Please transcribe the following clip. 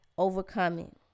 Overcoming